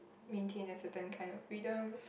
maintain a certain kind of freedom